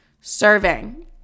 serving